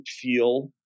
feel